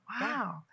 Wow